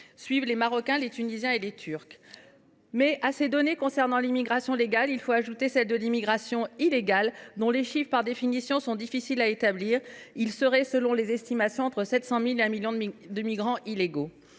Suivent les Marocains, les Tunisiens et les Turcs. À ces données concernant l’immigration légale, il faut ajouter celles de l’immigration illégale, dont les chiffres sont par définition difficiles à établir. Selon les estimations, il y aurait entre 700 000 et 1 million de migrants illégaux.